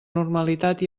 normalitat